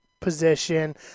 position